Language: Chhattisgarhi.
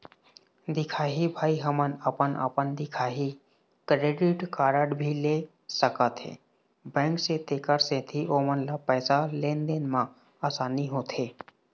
दिखाही भाई हमन अपन अपन दिखाही क्रेडिट कारड भी ले सकाथे बैंक से तेकर सेंथी ओमन ला पैसा लेन देन मा आसानी होथे?